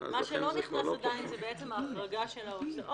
שאינו מסוג התאגידים שקבע שר המשפטים לפי